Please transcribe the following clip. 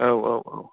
औ औ औ